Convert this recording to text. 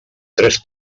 tres